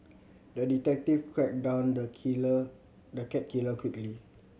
the detective tracked down the killer the cat killer quickly